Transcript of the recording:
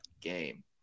game